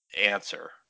answer